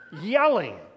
yelling